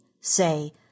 say